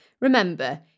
Remember